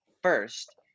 first